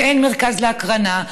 ואין מרכז להקרנה,